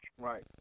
right